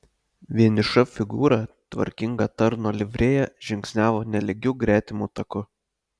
vieniša figūra tvarkinga tarno livrėja žingsniavo nelygiu gretimu taku